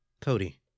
Cody